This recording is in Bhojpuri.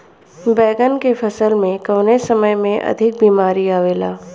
बैगन के फसल में कवने समय में अधिक बीमारी आवेला?